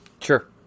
Sure